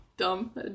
Dumb